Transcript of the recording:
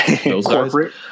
corporate